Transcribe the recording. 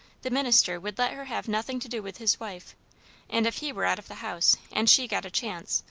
the minister would let her have nothing to do with his wife and if he were out of the house and she got a chance,